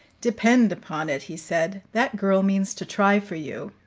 depend upon it, he said, that girl means to try for you.